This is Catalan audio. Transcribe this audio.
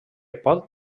pot